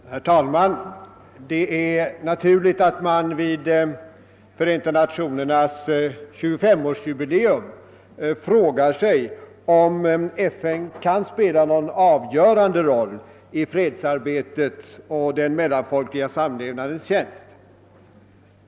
Herr talman! Det är naturligt att man vid Förenta nationernas 25-årsjubileum frågar sig, om FN kan spela någon avgörande roll i fredsarbetets och den mellanfolkliga samlevnadens tjänst.